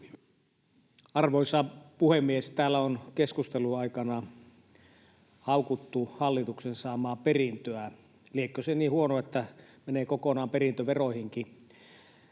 Arvoisa puhemies! Täällä on keskustelun aikana haukuttu hallituksen saamaa perintöä. Liekö se niin huono, että menee kokonaan perintöveroihinkin.